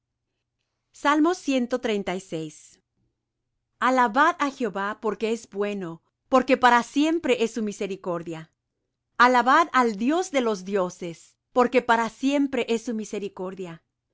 en jerusalem aleluya alabad á jehová porque es bueno porque para siempre es su misericordia alabad al dios de los dioses porque para siempre es su misericordia